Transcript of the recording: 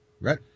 right